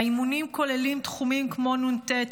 האימונים כוללים תחומים כמו נ"ט,